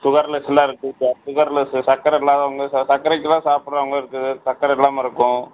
சுகர்லெஸ்லாம் இருக்குது sir sugarless சக்கரை இல்லாதவங்க ச சக்கரைக்குலாம் சாப்பிட்றவங்க இருக்குது சக்கரை இல்லாமல் இருக்கும்